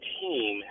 team